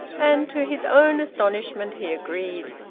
and to his own astonishment he agreed.